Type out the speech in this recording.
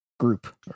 Group